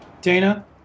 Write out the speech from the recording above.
Dana